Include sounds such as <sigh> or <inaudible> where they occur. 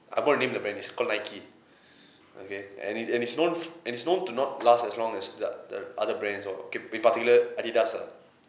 I bought the name the brand is called nike <breath> okay and it's and it's known and it's known to not last as long as the the other brands as well okay in particular adidas uh